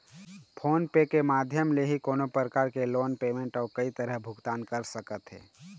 phone पे के माधियम ले ही कोनो परकार के लोन पेमेंट अउ कई तरह भुगतान कर सकत हे